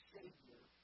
Savior